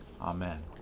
Amen